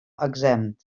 exempt